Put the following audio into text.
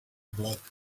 black